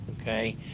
okay